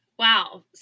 Wow